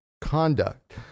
conduct